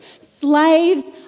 Slaves